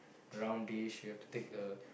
round dish you have to take the